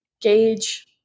gauge